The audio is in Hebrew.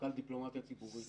סמנכ"ל בכיר לדיפלומטיה ציבורית,